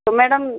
तो मैडम